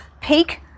peak